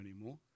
anymore